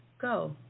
go